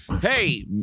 Hey